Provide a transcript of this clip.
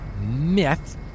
myth